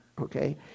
okay